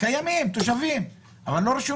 הם קיימים, הם תושבים, אבל הם לא רשומים.